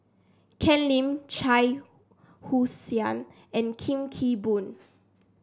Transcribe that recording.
Ken Lim Shah Hussain and Kee Boon